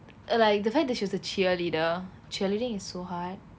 like the fact that she's a cheerleader cheerleading is so hard